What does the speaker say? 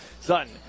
Sutton